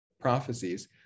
prophecies